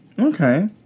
Okay